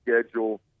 schedule